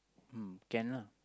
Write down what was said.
um can lah